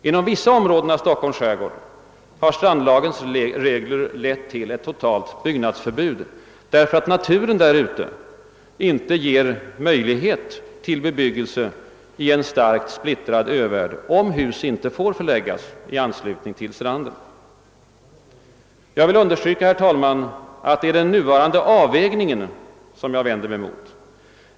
Inom vissa områden i Stockholms skärgård har strandlagens regler lett till ett totalt byggnadsförbud, därför att naturen inte ger möjlighet till bebyggelse i den starkt splittrade övärlden, om hus inte får förläggas i anslutning till stranden. Jag vill understryka, herr talman, att det är den nuvarande avvägningen som jag vänder mig emot.